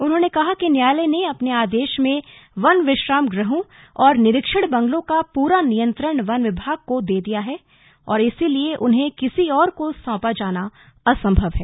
उन्होंने कहा कि न्यायालय ने अपने आदेश में वन विश्राम गृहों और निरीक्षण बंगलों का पूरा नियंत्रण वन विभाग को दे दिया है और इसलिए उन्हें किसी और को सौंपा जाना असंभव है